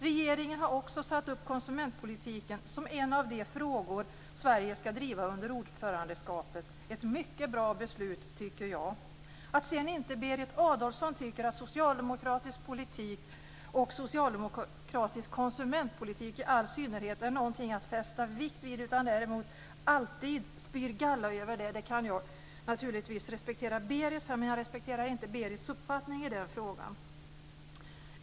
Regeringen har också satt upp konsumentpolitiken som en av de frågor Sverige ska driva under det svenska ordförandeskapet. Det är, tycker jag, ett mycket bra beslut. Att sedan Berit Adolfsson inte tycker att socialdemokratisk politik, och socialdemokratisk konsumentpolitik i all synnerhet, är någonting att fästa vikt vid utan däremot alltid spyr galla över den kan jag respektera Berit Adolfsson för, men jag respekterar inte Berit Adolfssons uppfattning i den frågan.